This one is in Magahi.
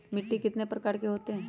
मिट्टी कितने प्रकार के होते हैं?